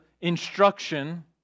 instruction